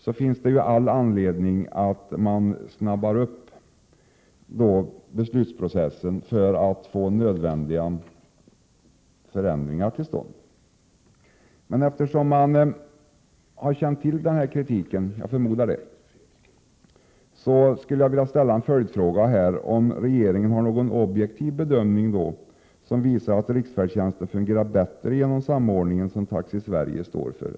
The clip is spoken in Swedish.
Det finns därför all anledning att snabba på beslutsprocessen för att få nödvändiga förändringar till stånd. Eftersom jag förmodar att man har känt till denna kritik skulle jag vilja ställa en följdfråga: Har regeringen tillgång till någon objektiv bedömning som visar att riksfärdtjänsten fungerar bättre genom den samordning som Taxi Sverige står för?